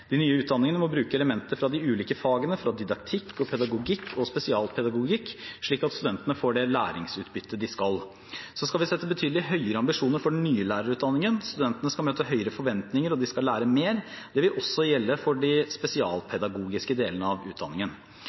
De nye utdanningene må bruke elementer fra de ulike fagene, fra didaktikk, pedagogikk og spesialpedagogikk, slik at studentene får det læringsutbyttet de skal. Så skal vi sette oss betydelig høyere ambisjoner for den nye lærerutdanningen. Studentene skal møte høyere forventninger, og de skal lære mer. Det vil også gjelde for de spesialpedagogiske delene av utdanningen.